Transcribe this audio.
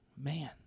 Man